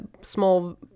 small